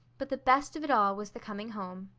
but the best of it all was the coming home.